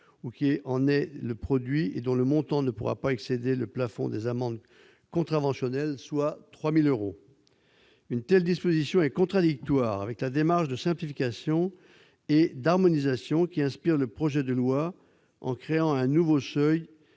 ou qui en est le produit et dont le montant ne pourra pas excéder le plafond des amendes contraventionnelles, soit 3 000euros. Une telle disposition est contradictoire avec la démarche de simplification et d'harmonisation qui inspire le projet de loi, en créant un nouveau seuil